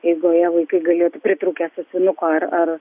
eigoje vaikai galėtų pritrūkę sąsiuvinuko ar ar